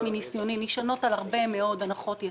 מניסיוני נשענות על הרבה מאוד הנחות יסוד,